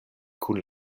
kun